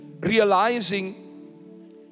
realizing